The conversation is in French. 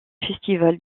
festival